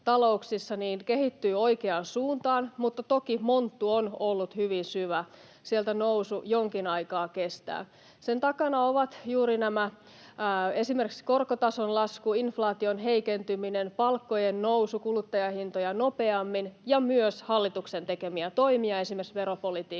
kehittyy oikeaan suuntaan, mutta toki monttu on ollut hyvin syvä, ja sieltä nousu jonkin aikaa kestää. Sen takana ovat esimerkiksi juuri korkotason lasku, inflaation heikentyminen, palkkojen nousu kuluttajahintoja nopeammin ja myös hallituksen tekemiä toimia esimerkiksi veropolitiikkaan